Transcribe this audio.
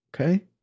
Okay